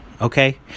okay